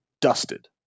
dusted